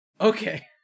Okay